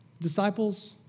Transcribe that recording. Disciples